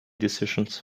decisions